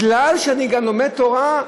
מכיוון שאני גם לומד תורה,